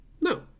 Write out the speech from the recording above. No